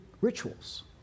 rituals